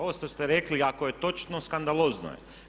Ovo što ste rekli ako je točno, skandalozno je.